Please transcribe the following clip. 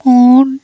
phone